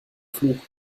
fluch